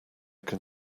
can